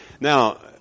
Now